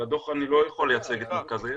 אבל אני לא יכול לייצג את מרכז הידע.